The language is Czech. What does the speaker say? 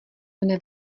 mne